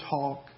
talk